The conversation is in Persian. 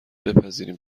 بپذیریم